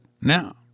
Now